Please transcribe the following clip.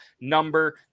number